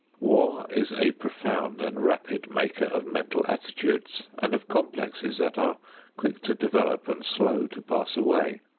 war is a profound and rapid maker of mental attitudes and of complexes that are quick to develop and slow to pass away.